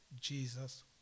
Jesus